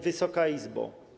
Wysoka Izbo!